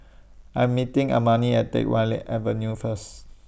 I'm meeting Amani At Teck Whye Avenue First